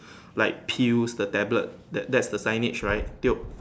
like pills the tablets that that's the signage right tio